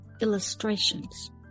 illustrations